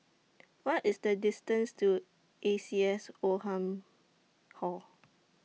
What IS The distance to A C S Oldham Hall